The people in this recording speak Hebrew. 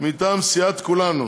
מטעם סיעת כולנו,